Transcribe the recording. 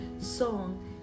song